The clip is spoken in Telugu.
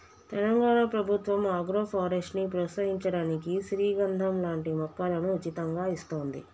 తెలంగాణ ప్రభుత్వం ఆగ్రోఫారెస్ట్ ని ప్రోత్సహించడానికి శ్రీగంధం లాంటి మొక్కలను ఉచితంగా ఇస్తోంది